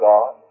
God